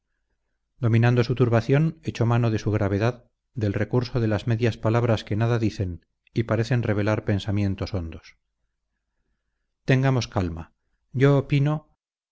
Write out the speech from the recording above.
dominando su turbación echó mano de su gravedad del recurso de las medias palabras que nada dicen y parecen revelar pensamientos hondos tengamos calma yo opino